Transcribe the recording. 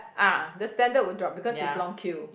ah the standard will drop because it's long queue